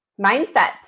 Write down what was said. mindset